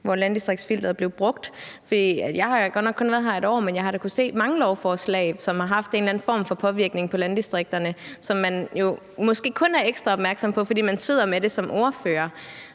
at landdistriktsfilteret blev brugt. Jeg har godt nok kun været her et år, men jeg har da kunnet se mange lovforslag, som har haft en eller anden form for påvirkning på landdistrikterne, som man måske kun er ekstra opmærksom på, fordi man sidder med det som ordfører.